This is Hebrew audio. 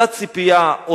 אותה ציפייה,